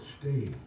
stay